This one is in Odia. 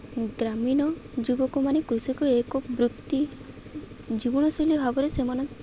ଗ୍ରାମୀଣ ଯୁବକମାନେ କୃଷିକୁ ଏକ ବୃତ୍ତି ଜୀବନଶୈଳୀ ଭାବରେ ସେମାନେ